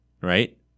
Right